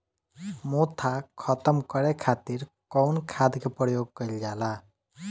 मोथा खत्म करे खातीर कउन खाद के प्रयोग कइल जाला?